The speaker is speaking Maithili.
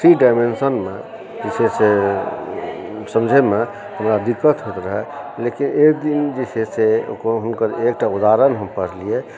थ्री डायमेंशनमे जे छै से समझैमे हमरा दिक्कत होइत रहए लेकिन एकदिन जे छै से हुनकर एकटा उदहारण हम पढलियै